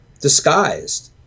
disguised